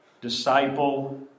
disciple